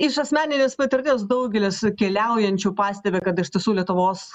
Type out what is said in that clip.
iš asmeninės patirties daugelis keliaujančių pastebi kad iš tiesų lietuvos